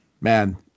man